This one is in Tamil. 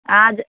ஆ அது